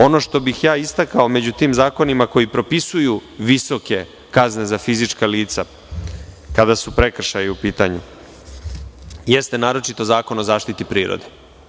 Ono što bih istakao među tim zakonima koji propisuju visoke kazne za fizička lica, kada su prekršaji u pitanju, jeste naročito Zakon o zaštiti prirode.